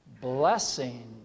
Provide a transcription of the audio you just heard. blessing